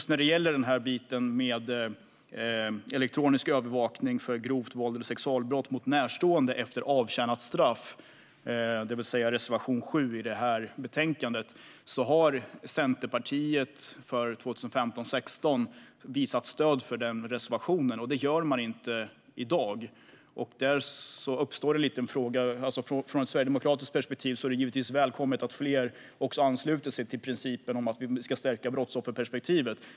När det gäller just elektronisk övervakning efter avtjänat straff på grund av grovt våld eller sexualbrott mot närstående - reservation 7 i detta betänkande - har Centerpartiet under 2015 och 2016 visat stöd för detta. Det gör man inte i dag. Från ett sverigedemokratiskt perspektiv är det givetvis välkommet att fler ansluter sig till principen om att vi ska stärka brottsofferperspektivet.